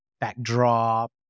backdrop